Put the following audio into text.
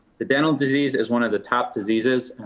the dental disease is one of the top diseases,